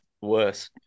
worse